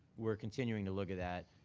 we're continuing to look at that.